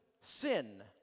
sin